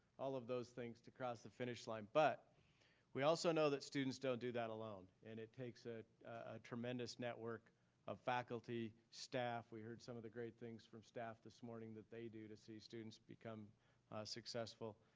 all of those things, to cross the finish line. but we also know that students don't do that alone and it takes a tremendous network of faculty, staff, we heard some of the great things from staff this morning that they do to see students become successful,